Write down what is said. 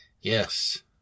Yes